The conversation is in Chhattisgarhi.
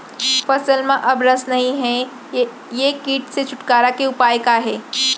फसल में अब रस नही हे ये किट से छुटकारा के उपाय का हे?